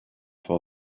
for